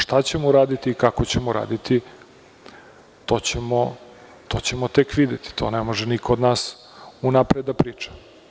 Šta ćemo uraditi i kako ćemo uraditi, to ćemo tek videti, to ne može niko od nas unapred da priča.